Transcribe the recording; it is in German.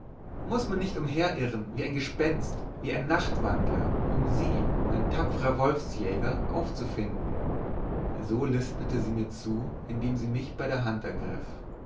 muß man nicht umherirren wie ein gespenst wie ein nachtwandler um sie mein tapferer wolfsjäger aufzufinden so lispelte sie mir zu indem sie mich bei der hand ergriff